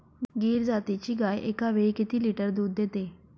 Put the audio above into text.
गीर जातीची गाय एकावेळी किती लिटर दूध देते?